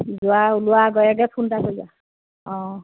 যোৱা ওলোৱা আগে আগে ফোন এটা কৰিবা অঁ